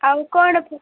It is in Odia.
ଆଉ କ'ଣ